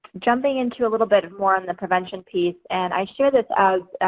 jumping into a little bit more on the prevention piece, and i share this as